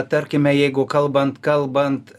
tarkime jeigu kalbant kalbant